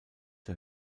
der